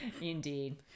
Indeed